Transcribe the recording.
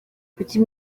kuki